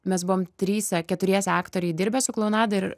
mes buvom trise keturiese aktoriai dirbę su kolonada ir